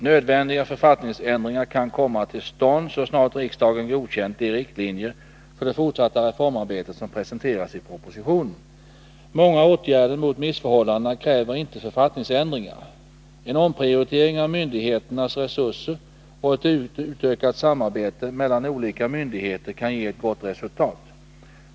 Nödvändiga författningsändringar kan komma till stånd så snart riksdagen godkänt de riktlinjer för det fortsatta reformarbetet som presenteras i propositionen. Många åtgärder mot missförhållandena kräver inte författningsändringar. En omprioritering av myndigheternas resurser och ett utökat samarbete mellan olika myndigheter kan ge ett gott resultat.